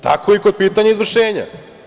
Tako i kod pitanja izvršenja.